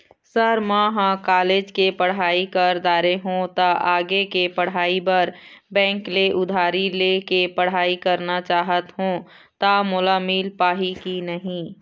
Sir म ह college के पढ़ाई कर दारें हों ता आगे के पढ़ाई बर बैंक ले उधारी ले के पढ़ाई करना चाहत हों ता मोला मील पाही की नहीं?